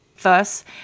Thus